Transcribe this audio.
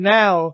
now